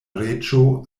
reĝo